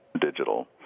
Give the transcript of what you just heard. digital